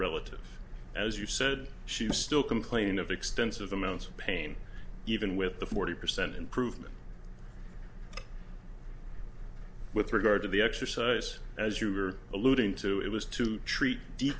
relative as you said she was still complaining of extensive amounts of pain even with the forty percent improvement with regard to the exercise as you were alluding to it was to treat